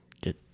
Get